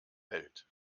welt